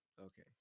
okay